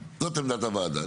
זאת עמדת הוועדה.